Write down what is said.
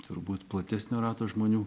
turbūt platesnio rato žmonių